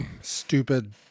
stupid